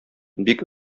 бик